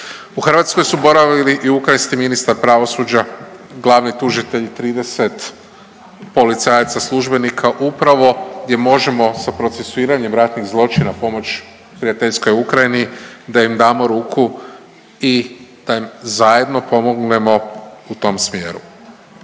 U Hrvatskoj su boravili i ukrajinski ministar pravosuđa, glavni tužitelj i 30 policajaca službenika upravo jer možemo sa procesuiranjem ratnih zločina pomoć prijateljskoj Ukrajini da im damo ruku i da im zajedno pomognemo u tom smjeru.